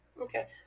Okay